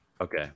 Okay